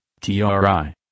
TRI